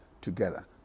together